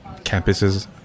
campuses